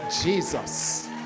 Jesus